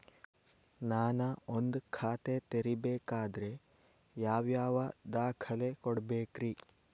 ನಾನ ಒಂದ್ ಖಾತೆ ತೆರಿಬೇಕಾದ್ರೆ ಯಾವ್ಯಾವ ದಾಖಲೆ ಕೊಡ್ಬೇಕ್ರಿ?